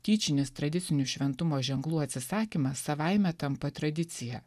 tyčinis tradicinių šventumo ženklų atsisakymas savaime tampa tradicija